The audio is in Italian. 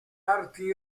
arti